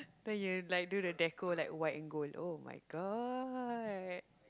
then you like do the deco like white and gold oh-my-god